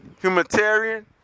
Humanitarian